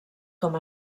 com